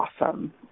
Awesome